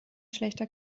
schlechter